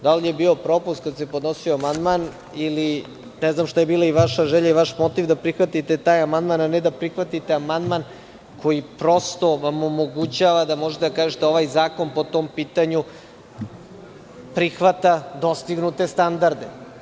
Da li je bio propust kada se podnosio amandman, ili ne znam šta je bila i vaša želja i vaš motiv da prihvatite taj amandman, a ne da prihvatite amandman koji, prosto, vam omogućava da možete da kažete – ovaj zakon po tom pitanju prihvata dostignute standarde?